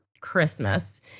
Christmas